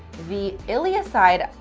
the ilya side